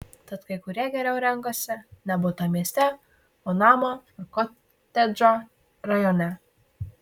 tad kai kurie geriau renkasi ne butą mieste o namą ar kotedžą rajone